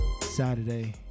Saturday